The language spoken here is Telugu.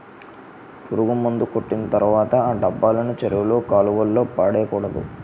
పురుగుమందు కొట్టిన తర్వాత ఆ డబ్బాలను చెరువుల్లో కాలువల్లో పడేకూడదు